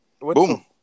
boom